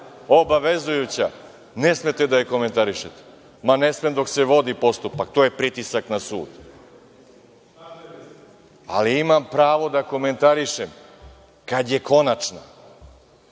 obavezujuća, ne smete da je komentarišete. Ne sme dok se vodi postupak, to je pritisak na sud, ali imam pravo da komentarišem kada je konačna,